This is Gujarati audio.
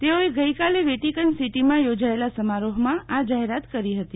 તેઓએ ગઈકાલે વેટિકન સિટીમાં યોજાયેલા સમારોફમાં આ જાહેરાત કરી હતી